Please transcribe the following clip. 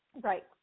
Right